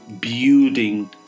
building